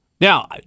Now